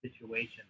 situation